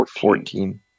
Fourteen